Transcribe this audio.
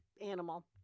animal